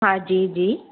हा जी जी